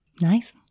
nice